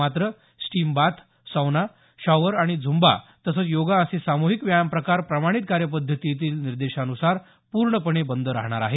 मात्र steam bath sauna shower आणि Zumba yoga असे सामुहीक व्यायाम प्रकार प्रमाणित कार्यपद्धतील निर्देशानुसार पूर्णपणे बंद राहणार आहेत